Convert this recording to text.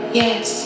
yes